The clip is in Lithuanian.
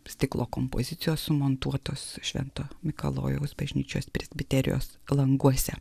stiklo kompozicijos sumontuotos švento mikalojaus bažnyčios presbiterijos languose